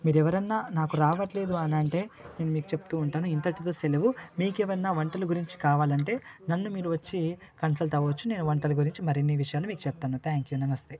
మీరు ఎవరైనా నాకు రావట్లేదు అని అంటే నేను మీకు చెపుతూ ఉంటాను ఇంతటితో సెలవు మీకు ఏమైనా వంటలు గురించి కావాలి అంటే నన్ను మీరు వచ్చి కన్సల్ట్ అవ్వచ్చు నేను వంటలు గురించి మరిన్ని విషయాలు మీకు చెప్తాను థ్యాంక్ యూ నమస్తే